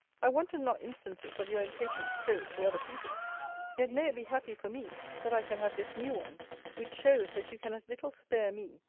i wanted not instances of your impatient spirit to other people yet may it be happy for me, that i can have this new one which shows, that you can as little spare me,